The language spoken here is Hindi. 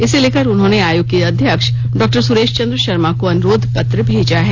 इसे लेकर उन्होंने आयोग के अध्यक्ष डॉ सुरेश चंद्र शर्मा को अनुरोध पत्र भेजा है